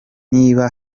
niba